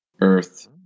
Earth